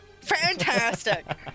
Fantastic